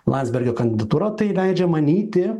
landsbergio kandidatūra tai leidžia manyti